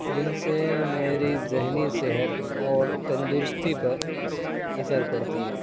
جن سے میری ذہنی صحت اور تندرستی پر اثر پڑتی ہے